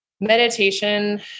Meditation